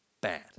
bad